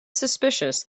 suspicious